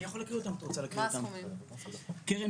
זאת קרן מנוף.